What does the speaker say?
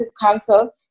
council